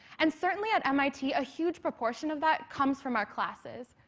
and certainly at mit a huge proportion of that comes from our classes,